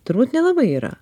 turbūt nelabai yra